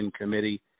Committee